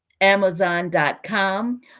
amazon.com